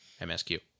MSQ